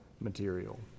material